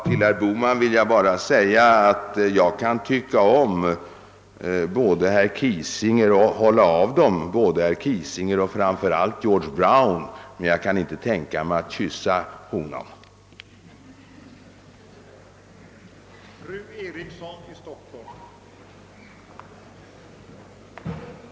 Till herr Bohman vill jag bara säga att jag tycker om och håller av både herr Kiesinger och, framför allt, George Brown, men jag kan inte tänka mig att kyssa någon av dem.